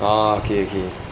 oh okay okay